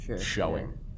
showing